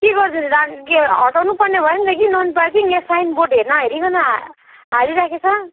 के गरिदिनु र के हटाउनु पर्ने भयो नि त कि नन पार्किङ यहाँ साइन बोर्ड नहेरिकन हालिराखेछ